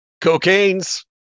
cocaine's